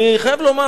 אני חייב לומר: